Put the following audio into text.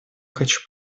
хочу